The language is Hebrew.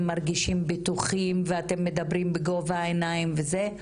מרגישים בטוחים ואתם מדברים בגובה העיניים וזה,